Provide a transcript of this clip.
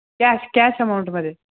cash cash अमाऊंटमध्ये